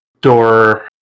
door